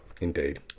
Indeed